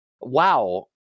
Wow